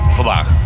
vandaag